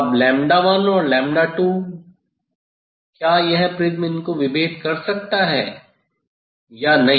अब 1और 2 क्या यह प्रिज्म इनको विभेद कर सकता है या नहीं